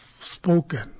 spoken